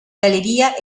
galería